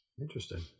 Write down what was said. Interesting